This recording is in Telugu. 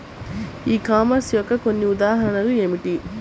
ఈ కామర్స్ యొక్క కొన్ని ఉదాహరణలు ఏమిటి?